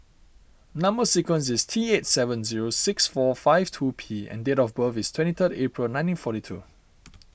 Number Sequence is T eight seven zero six four five two P and date of birth is twenty third April nineteen forty two